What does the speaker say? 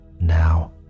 now